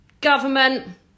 government